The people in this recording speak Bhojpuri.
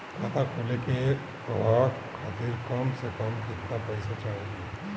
खाता खोले के कहवा खातिर कम से कम केतना पइसा चाहीं?